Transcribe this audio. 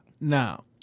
Now